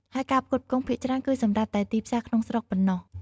ហើយការផ្គត់ផ្គង់ភាគច្រើនគឺសម្រាប់តែទីផ្សារក្នុងស្រុកប៉ុណ្ណោះ។